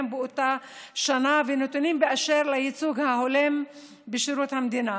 באותה שנה ונתונים באשר לייצוג הולם בשירות המדינה.